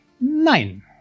Nein